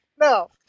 No